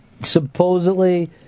Supposedly